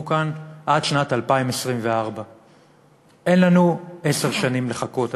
כאן עד שנת 2024. אין לנו עשר שנים לחכות,